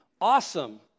awesome